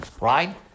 right